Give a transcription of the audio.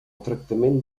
tractament